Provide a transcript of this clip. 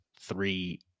three